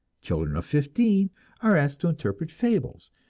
children of fifteen are asked to interpret fables,